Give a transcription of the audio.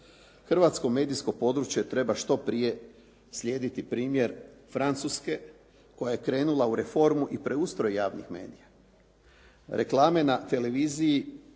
Hrvatsko medijsko područje treba što prije slijediti primjer Francuske koja je krenula u reformu i preustroj javnih medija. Reklame na televiziji